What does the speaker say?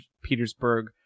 Petersburg